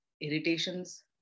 irritations